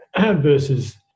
versus